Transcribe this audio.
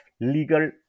legal